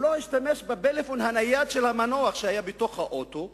הוא לא השתמש בפלאפון הנייד של המנוח שהיה באוטו,